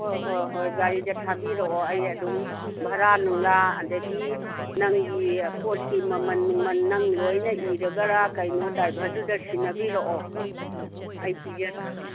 ꯍꯣꯏ ꯍꯣꯏ ꯍꯣꯏ ꯒꯥꯔꯤꯗ ꯊꯥꯕꯤꯔꯛꯑꯣ ꯑꯩ ꯑꯗꯨꯝ ꯚꯔꯥ ꯅꯨꯡꯂꯥ ꯑꯗꯒꯤ ꯅꯪꯒꯤ ꯄꯣꯠꯀꯤ ꯃꯃꯟ ꯅꯨꯡꯃꯟ ꯅꯪ ꯂꯣꯏꯅ ꯏꯔꯒꯔꯥ ꯀꯩꯅꯣ ꯗ꯭ꯔꯥꯏꯚꯔꯗꯨꯗ ꯁꯤꯟꯅꯕꯤꯔꯛꯑꯣ ꯑꯩ ꯄꯤꯖꯔꯛꯑꯒꯦ